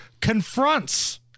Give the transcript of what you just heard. confronts